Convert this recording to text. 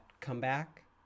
comeback